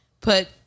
put